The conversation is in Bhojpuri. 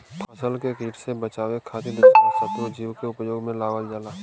फसल के किट से बचावे खातिर दूसरा शत्रु जीव के उपयोग में लावल जाला